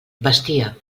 vestia